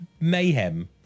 mayhem